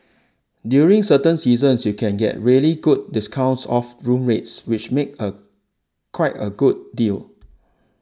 during certain seasons you can get really good discounts off room rates which make a quite a good deal